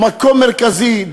מקום מרכזי,